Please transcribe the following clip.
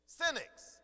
cynics